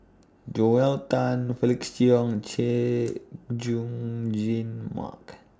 Joel Tan Felix Cheong Chay Jung Jun Mark